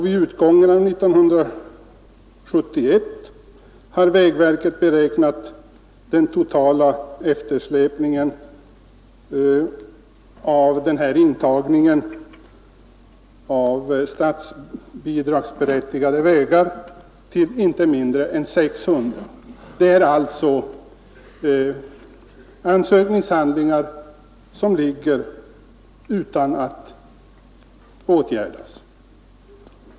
Vid utgången av 1971 uppgick den totala eftersläpningen av ärenden till inte mindre än 600 enligt vägverkets beräkningar. Det är alltså ansökningshandlingar som ligger utan att åtgärdas.